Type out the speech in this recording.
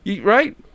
Right